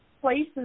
places